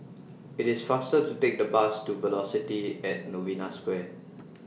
IT IS faster to Take The Bus to Velocity At Novena Square